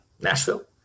Nashville